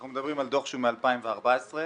אנחנו מדברים על דוח שהוא מ-2014 שעוסק